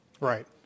Right